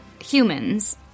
humans